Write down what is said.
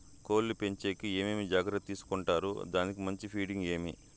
కోళ్ల పెంచేకి ఏమేమి జాగ్రత్తలు తీసుకొంటారు? దానికి మంచి ఫీడింగ్ ఏమి?